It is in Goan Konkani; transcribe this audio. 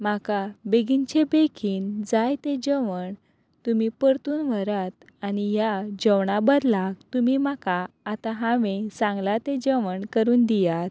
म्हाका बेगीनचे बेगीन जाय तें जेवण तुमी परतून व्हरात आनी ह्या जेवणा बदला तुमी म्हाका आतां हांवे सांगला तें जेवण करून दियात